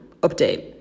update